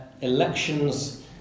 elections